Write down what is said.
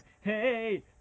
Hey